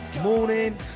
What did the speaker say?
morning